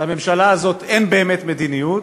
לממשלה הזאת אין באמת מדיניות,